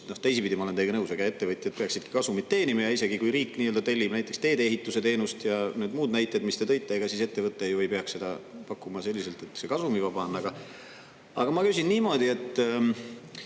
sest, teisipidi, ma olen teiega nõus, ega ettevõtjad peaksidki kasumit teenima ja isegi kui riik nii-öelda tellib näiteks teedeehituse teenust ja need muud näited, mis te tõite, ega siis ettevõte ju ei peaks seda pakkuma selliselt, et see kasumivaba on. Aga ma küsin niimoodi, et